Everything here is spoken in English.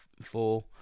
four